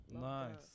Nice